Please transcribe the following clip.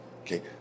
okay